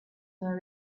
were